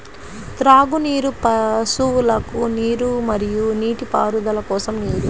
త్రాగునీరు, పశువులకు నీరు మరియు నీటిపారుదల కోసం నీరు